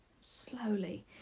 slowly